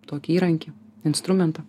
tokį įrankį instrumentą